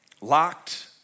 locked